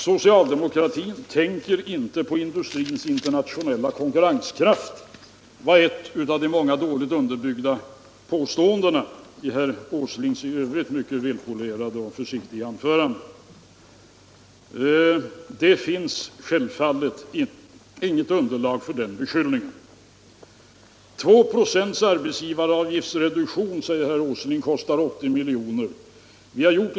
Socialdemokratin tänker inte på industrins internationella konkurrenskraft, var ett av de många dåligt underbyggda påståendena i herr Åslings f.ö. mycket välpolerade och försiktiga anförande. Självfallet finns det inget underlag för den beskyllningen. En reduktion av arbetsgivaravgiften med 2 96 kostar 80 milj.kr., sade herr Åsling också.